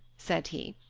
said he,